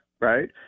right